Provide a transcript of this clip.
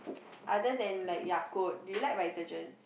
other than like Yakult do you like Vitagen